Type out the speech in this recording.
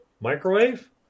microwave